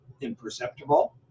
imperceptible